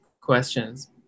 questions